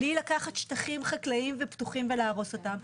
בלי לקחת שטחים חקלאיים ופתוחים ולהרוס אותם,